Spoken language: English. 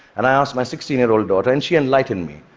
and i asked my sixteen year old daughter, and she enlightened me.